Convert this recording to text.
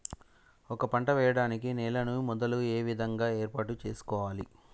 ఒక పంట వెయ్యడానికి నేలను మొదలు ఏ విధంగా ఏర్పాటు చేసుకోవాలి?